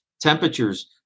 temperatures